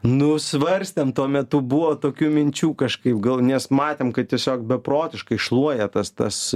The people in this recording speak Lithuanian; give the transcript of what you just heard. nu svarstėm tuo metu buvo tokių minčių kažkaip gal nes matėm kad tiesiog beprotiškai šluoja tas tas